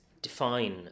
define